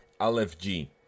LFG